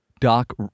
Doc